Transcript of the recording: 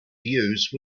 use